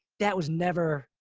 that was never,